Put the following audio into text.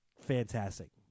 fantastic